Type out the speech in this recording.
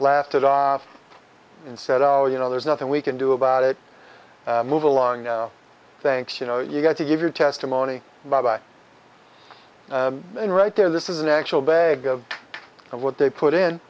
laughed it off and said oh you know there's nothing we can do about it move along now thanks you know you got to give your testimony by then right there this is an actual bag of of what they put in